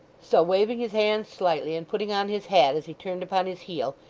so, waving his hand slightly, and putting on his hat as he turned upon his heel,